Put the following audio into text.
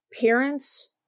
Parents